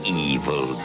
evil